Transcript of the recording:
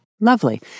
Lovely